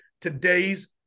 today's